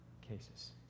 cases